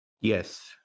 Yes